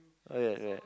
ya ya